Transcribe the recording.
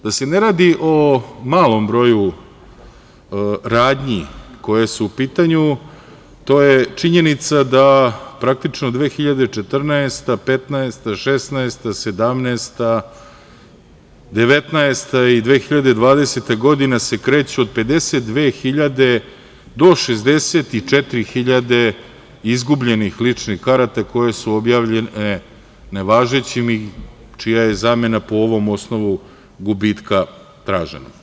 Da se ne radi o malom broju radnji koje su u pitanju to je činjenica da, praktično, 2014, 2015, 2016, 2017, 2019. i 2020. godina se kreću od 52.000 do 64.000 izgubljenih ličnih karata koje su objavljene nevažećim i čija je zamena po ovom osnovu gubitka tražena.